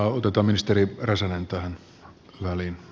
otetaan ministeri räsänen tähän väliin